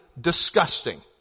disgusting